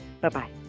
Bye-bye